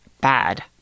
bad